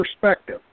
perspective